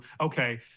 okay